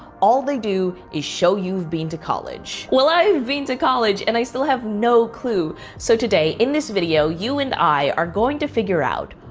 all they do is show you've been to college. well i have been to college, and i still have no clue. so today, in this video, you and i are going to figure out,